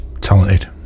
talented